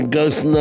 Ghost